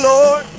Lord